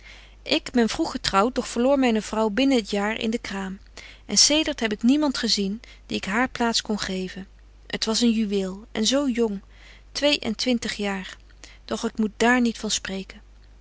ik ben vroeg getrouwt doch verloor myne vrouw binnen het jaar in de kraam en zedert heb ik niemand gezien die ik haar plaats kon geven t was een juweel en zo jong twee-en-twintig jaar doch ik moet dààr niet van spreken